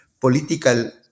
political